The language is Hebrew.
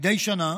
מדי שנה